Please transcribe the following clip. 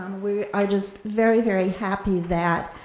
we are just very, very happy that